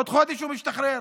עוד חודש הוא משתחרר,